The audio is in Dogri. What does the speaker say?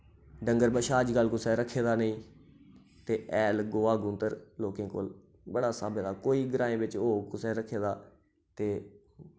डंगर बच्छा अज्जकल कुसै रक्खे दा नेईं ते हैल गोहा गूह्त्तर लोकें कोल बड़ा स्हाबे दा कोई ग्राएं बिच होग कुसै रक्खे दा ते